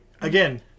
Again